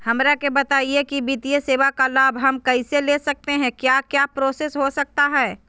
हमरा के बताइए की वित्तीय सेवा का लाभ हम कैसे ले सकते हैं क्या क्या प्रोसेस हो सकता है?